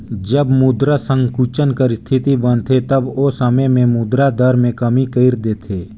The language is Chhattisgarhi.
जब मुद्रा संकुचन कर इस्थिति बनथे तब ओ समे में मुद्रा दर में कमी कइर देथे